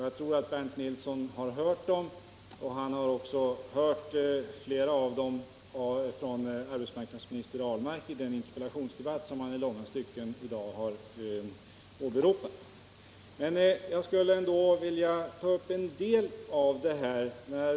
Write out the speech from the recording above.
Jag tror att också Bernt Nilsson har hört dem, och ytterligare andra redovisades i den interpellationsdebatt Bernt Nilsson hade med Per Ahlmark för en tid sedan.